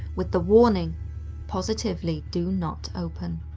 with the warning positively do not open.